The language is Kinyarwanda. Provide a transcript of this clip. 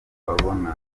babona